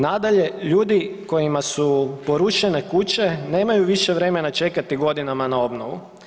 Nadalje, ljudi kojima su porušene kuće nemaju više vremena čekati godinama na obnovu.